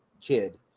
kid